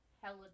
hella